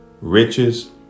riches